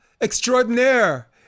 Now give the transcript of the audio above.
extraordinaire